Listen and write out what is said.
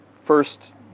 first